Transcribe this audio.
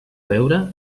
beure